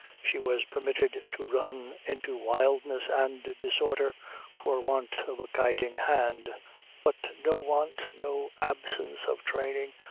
she was permitted to run into wildness and disorder for want of a guiding hand but no want, no absence of training,